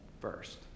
first